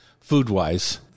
food-wise